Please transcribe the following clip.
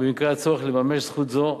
ובמקרה הצורך לממש זכות זו: